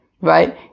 right